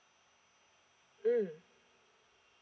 mm